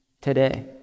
today